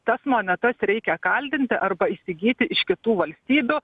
tas monetas reikia kaldinti arba įsigyti iš kitų valstybių